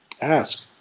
Ask